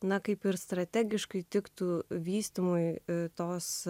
na kaip ir strategiškai tiktų vystymui tos